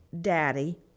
daddy